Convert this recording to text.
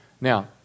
Now